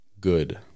good